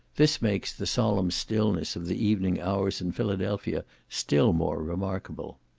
this makes the solemn stillness of the evening hours in philadelphia still more remarkable.